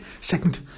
second